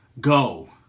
Go